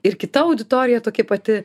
ir kita auditorija tokia pati